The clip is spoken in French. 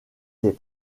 les